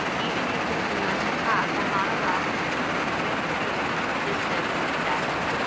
even decreasing those to half will not allow for perfect six feet distance of desks.